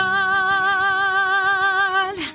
God